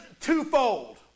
twofold